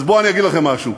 אז בואו ואגיד לכם משהו: